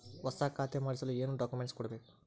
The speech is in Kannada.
ಹೊಸ ಖಾತೆ ಮಾಡಿಸಲು ಏನು ಡಾಕುಮೆಂಟ್ಸ್ ಕೊಡಬೇಕು?